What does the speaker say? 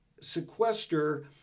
sequester